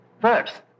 first